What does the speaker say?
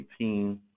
2018